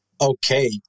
Okay